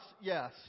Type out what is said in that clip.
yes